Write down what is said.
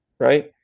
right